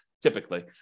typically